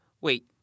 Wait